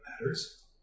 matters